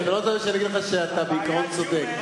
אתה לא רוצה שאני אגיד לך שבעיקרון אתה צודק.